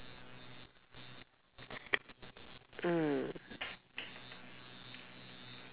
mm